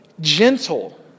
gentle